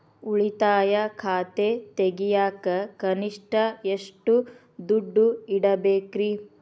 ಉಳಿತಾಯ ಖಾತೆ ತೆಗಿಯಾಕ ಕನಿಷ್ಟ ಎಷ್ಟು ದುಡ್ಡು ಇಡಬೇಕ್ರಿ?